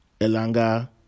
Elanga